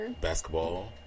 Basketball